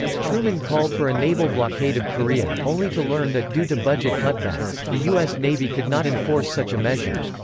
truman called for a naval blockade of korea, only to learn that due to budget cutbacks, the u s. navy could not enforce such a measure.